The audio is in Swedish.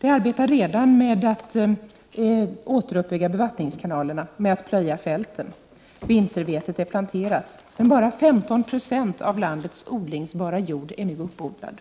Man arbetar redan med att återuppbygga bevattningskanalerna och med att plöja fälten. Vintervetet är planterat. Bara 15 926 av landets odlingsbara jord är nu uppodlad.